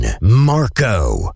Marco